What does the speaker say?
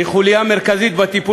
בבקשה?